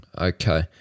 okay